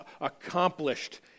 accomplished